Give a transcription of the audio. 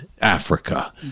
Africa